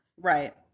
Right